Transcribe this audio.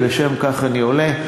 ולשם כך אני עולה.